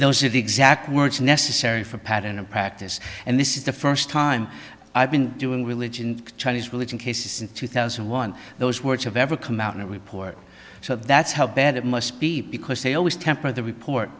those are the exact words necessary for a pattern of practice and this is the first time i've been doing religion chinese religion cases since two thousand and one those words have ever come out in a report so that's how bad it must be because they always temper the report